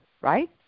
right